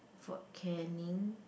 Fort Caning